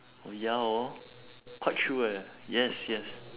ya hor quite true eh yes yes